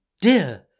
dear